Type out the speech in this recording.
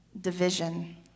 division